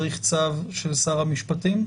צריך צו של שר המשפטים?